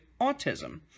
autism